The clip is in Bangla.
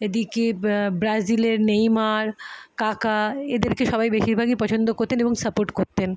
এদিকে ব্রাজিলের নেইমার কাকা এদেরকে সবাই বেশিরভাগই পছন্দ করতেন এবং সাপোর্ট করতেন